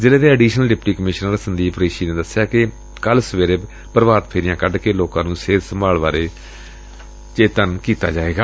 ਜ਼ਿਲ੍ਹੇ ਦੇ additional deputy commissioner Sandeep Rishi ਨੇ ਦਸਿਆ ਕਿ ਕੱਲ੍ ਸਵੇਰੇ ਪ੍ਰਭਾਤ ਫੇਰੀਆਂ ਕੱਢ ਕੇ ਲੋਕਾਂ ਨੂੰ ਸਿਹਤ ਸੰਭਾਲ ਬਾਰੇ ਜਾਗ੍ਤਿਤ ਕੀਤਾ ਜਾਏਗਾ